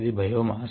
ఇది బయోమాస్